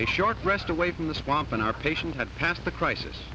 a short rest away from the swamp and our patient had passed the crisis